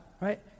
right